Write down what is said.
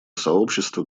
сообщества